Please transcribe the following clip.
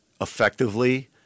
effectively